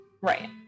right